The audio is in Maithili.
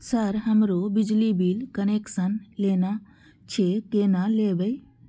सर हमरो बिजली कनेक्सन लेना छे केना लेबे?